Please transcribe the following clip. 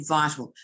vital